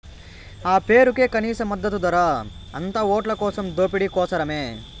ఆ పేరుకే కనీస మద్దతు ధర, అంతా ఓట్లకోసం దోపిడీ కోసరమే